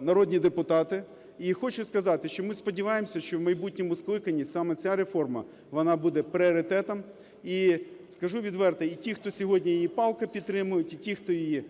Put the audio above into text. народні депутати. І хочу сказати, що ми сподіваємося, що в майбутньому скликанні саме ця реформа вона буде пріоритетом. І скажу відверто, і ті, хто сьогодні її палко підтримують, і ті, хто її